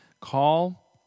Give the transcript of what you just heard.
Call